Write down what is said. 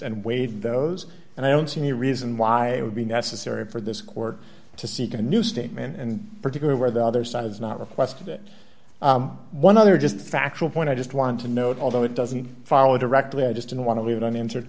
and waive those and i don't see any reason why it would be necessary for this court to seek a new statement in particular where the other side has not requested it one other just factual point i just want to note although it doesn't follow directly i just don't want to leave it on the inter